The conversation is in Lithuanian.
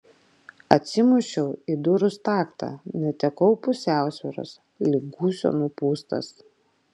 atsimušiau į durų staktą netekau pusiausvyros lyg gūsio nupūstas